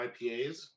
IPAs